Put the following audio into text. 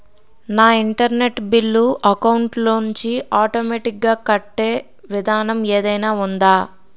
నా internet bill account లోంచి automatic గా కట్టే విధానం ఏదైనా ఉందా?